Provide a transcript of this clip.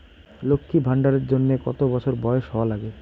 লক্ষী ভান্ডার এর জন্যে কতো বছর বয়স হওয়া লাগে?